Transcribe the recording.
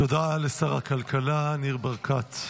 תודה לשר הכלכלה ניר ברקת.